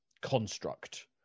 construct